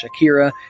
Shakira